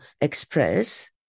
express